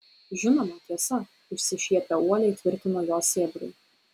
žinoma tiesa išsišiepę uoliai tvirtino jo sėbrai